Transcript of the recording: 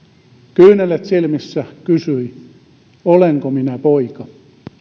kyyneleet silmissä kysyi olenko minä poika